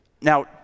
now